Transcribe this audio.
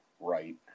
right